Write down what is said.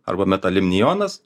arba metalimnionas